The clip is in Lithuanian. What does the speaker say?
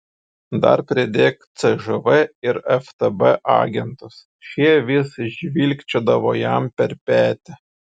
dar pridėk cžv ir ftb agentus šie vis žvilgčiodavo jam per petį